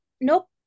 Nope